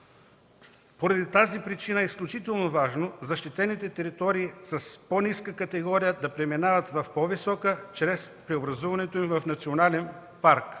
Поради тази причина е изключително важно защитените територии с по-ниска категория да преминават в по-висока чрез преобразуването им в национален парк.